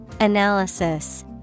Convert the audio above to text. Analysis